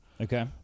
okay